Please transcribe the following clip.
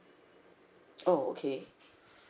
oh okay